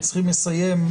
צריכים לסיים.